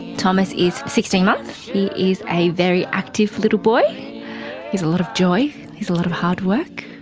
tomas is sixteen months, he is a very active little boy. he is a lot of joy, he is a lot of hard work.